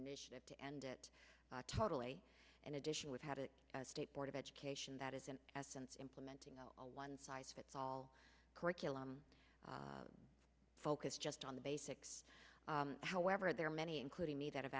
initiative to end it totally in addition we've had a state board of education that is in essence implementing a one size fits all curriculum focus just on the basics however there are many including me that